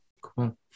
Cool